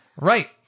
Right